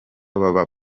baba